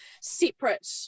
separate